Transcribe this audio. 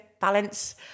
balance